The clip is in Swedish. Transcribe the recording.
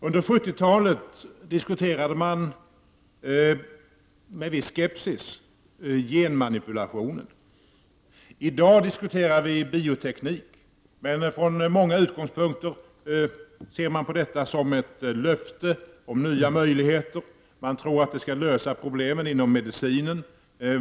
Under 70-talet diskuterade man med viss skepsis genmanipulationen. I dag diskuterar vi bioteknik, men från många utgångspunkter ser man på detta som ett löfte om nya möjligheter. Man tror att det skall lösa problemen inom medicinen.